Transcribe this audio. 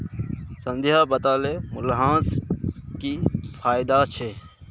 संध्या बताले मूल्यह्रास स की फायदा छेक